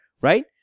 right